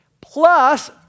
plus